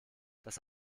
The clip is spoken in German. das